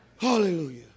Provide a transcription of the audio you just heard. Hallelujah